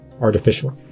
artificial